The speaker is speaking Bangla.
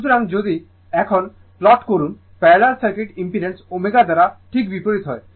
সুতরাং এখন যদি প্লট করুন প্যারালাল সার্কিট ইম্পিডেন্স ω দ্বারা ঠিক বিপরীত হয়